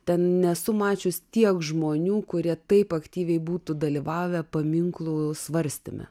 ten nesu mačius tiek žmonių kurie taip aktyviai būtų dalyvavę paminklų svarstyme